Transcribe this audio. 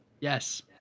Yes